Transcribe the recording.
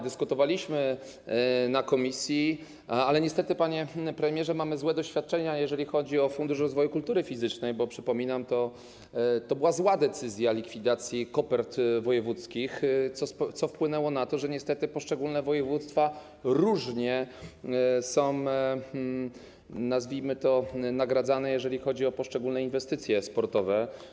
Dyskutowaliśmy o tym na posiedzeniu komisji, ale niestety, panie premierze, mamy złe doświadczenia, jeżeli chodzi o Fundusz Rozwoju Kultury Fizycznej, bo przypominam: to była zła decyzja - likwidacja kopert wojewódzkich, co wpłynęło na to, że niestety poszczególne województwa różnie są, nazwijmy to, nagradzane, jeżeli chodzi o poszczególne inwestycje sportowe.